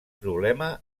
problema